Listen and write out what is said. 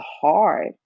hard